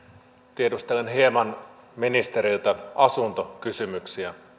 tiedustelen hieman ministeriltä asuntokysymyksiä